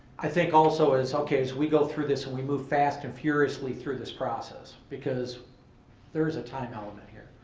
i think also it's okay, as we go through this and we move fast and furiously through this process because there's a time element here.